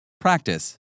Practice